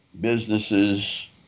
businesses